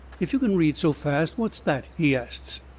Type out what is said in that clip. if you can read so fast, what's that? he asts.